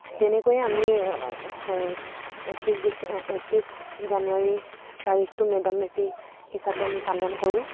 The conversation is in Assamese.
তেনেকৈয়ে আমি একত্ৰিছ ডিচেম্বৰ একত্ৰিছ জানুৱাৰী তাৰিখটো মে ডাম মে ফি হিচাপে আমি পালন কৰোঁ